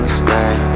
stay